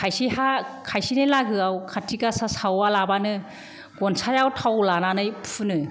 खायसेहा खायसेनि लागोआव खाथि गासा सावालाबानो गनसायाव थाव लानानै फुनो